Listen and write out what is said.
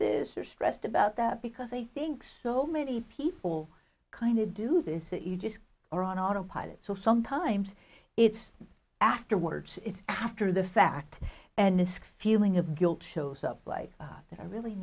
this or stressed about that because i think so many people kind of do this you just are on autopilot so sometimes it's afterwards it's after the fact and isc feeling of guilt shows up like that i really